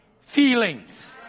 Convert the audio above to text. feelings